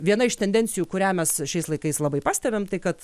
viena iš tendencijų kurią mes šiais laikais labai pastebim tai kad